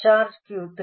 charge Q 3